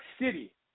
City